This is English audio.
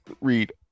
read